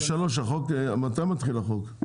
מתי מתחיל החוק?